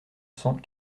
cent